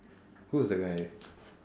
who is the guy